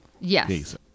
Yes